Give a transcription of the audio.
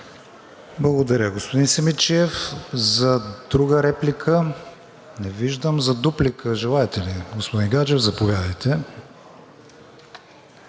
Благодаря, господин Симидчиев. За друга репликира? Не виждам. За дуплика желаете ли, господин Гаджев? Заповядайте.